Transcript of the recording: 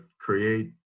create